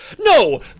no